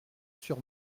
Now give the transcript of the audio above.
sur